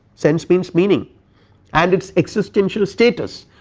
sense means meaning and its existential status,